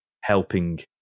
helping